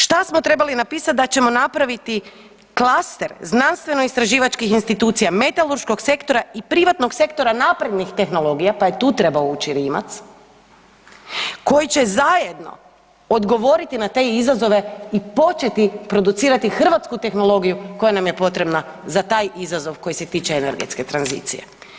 Šta smo trebali napisati da ćemo napraviti klaster znanstveno-istraživačkih institucija, metalurškog sektora i privatnog sektora naprednih tehnologija pa je tu trebao ući Rimac, koji će zajedno odgovoriti na te izazove i početi producirati hrvatsku tehnologiju koja nam je potrebna za taj izazov koji se tiče energetske tranzicije.